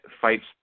fights